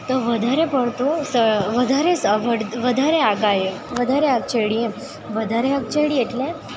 તો વધારે પડતો વધારે વધારે આગ આવ્યો વધારે આગ ચડી એમ વધારે આગ ચડી એટલે